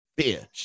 bitch